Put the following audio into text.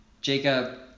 Jacob